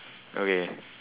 okay